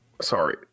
sorry